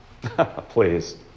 please